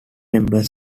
member